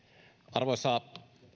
arvoisa